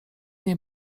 nie